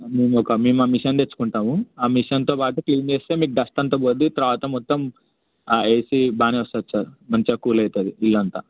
మేము ఒక మేము ఆ మిషన్ తెచ్చుకుంటాము ఆ మిషన్తో వాటర్ క్లీన్ చేస్తే మీకు డస్ట్ అంతా పోద్ది తర్వాత మొత్తం ఏసీ బాగా వస్తుంది సార్ మంచిగా కూల్ అవుతుం ది ఇల్లు అంతా